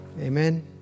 Amen